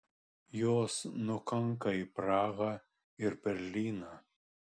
jos nukanka į prahą ir berlyną